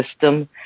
system